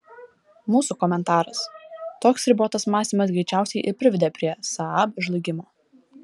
mūsų komentaras toks ribotas mąstymas greičiausiai ir privedė prie saab žlugimo